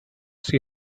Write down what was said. see